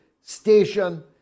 station